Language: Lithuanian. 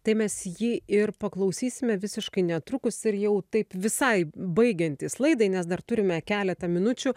tai mes jį ir paklausysime visiškai netrukus ir jau taip visai baigiantis laidai nes dar turime keletą minučių